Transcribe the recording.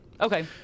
Okay